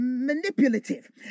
manipulative